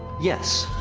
yes.